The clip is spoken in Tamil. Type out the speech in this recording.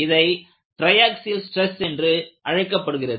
இது ட்ரை ஆக்ஸில் ஸ்ட்ரெஸ் என்று அழைக்கப்படுகிறது